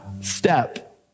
step